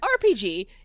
RPG